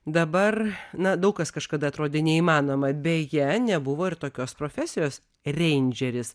dabar na daug kas kažkada atrodė neįmanoma beje nebuvo ir tokios profesijos reindžeris